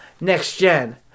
next-gen